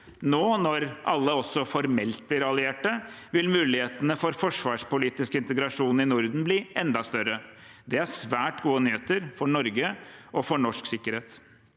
Nå, når alle også formelt blir allierte, vil mulighetene for forsvarspolitisk integrasjon i Norden bli enda større. Dette er svært gode nyheter for Norge og norsk sikkerhet.